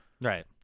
Right